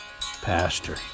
Pastor